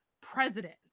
president